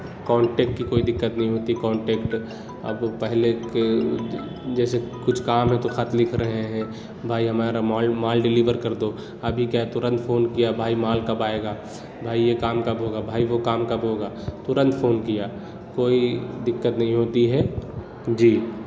contact کی کوئی دقت نہیں ہوتی کانٹیکٹ اب پہلے کے جیسے کچھ کام ہے تو خط لکھ رہے ہیں بھائی ہمارا مال ڈلیور کر دو ابھی کیا ہے ترنت فون کیا بھائی مال کب آئے گا بھائی یہ کام کب ہوگا بھائی وہ کام کب ہوگا ترنت فون کیا کوئی دقت نہیں ہوتی ہے جی